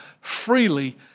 freely